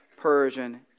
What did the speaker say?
Persian